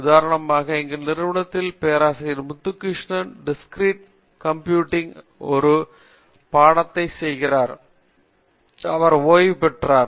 உதாரணமாக எங்கள் நிறுவனத்தில் பேராசிரியர் முத்து கிருஷ்ணனுடன் டிஸ்ட்ரிபூட்ட் கம்ப்யூட்டிங்கில் ஒரு பாடத்தை செய்தேன் அவர் ஓய்வு பெற்றார்